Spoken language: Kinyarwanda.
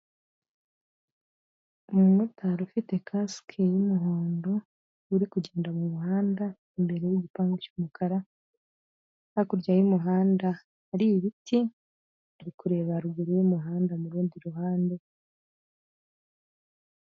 Umumotari ufite kasike y'umuhondo uri kugenda mu muhanda imbere y'igipangu cy'umukara hakurya y'umuhanda hari ibiti, uri kureba ruguru yumuhanda murundi ruhande.